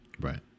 Right